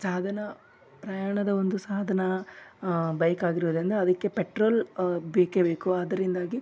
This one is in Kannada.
ಸಾಧನ ಪ್ರಯಾಣದ ಒಂದು ಸಾಧನ ಬೈಕಾಗಿರೋದರಿಂದ ಅದಕ್ಕೆ ಪೆಟ್ರೋಲ್ ಬೇಕೇ ಬೇಕು ಅದರಿಂದಾಗಿ